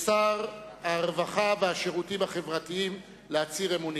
שר הרווחה והשירותים החברתיים, להצהיר אמונים.